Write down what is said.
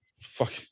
Fuck